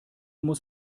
muss